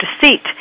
Deceit